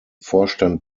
vorstand